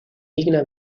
digna